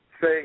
say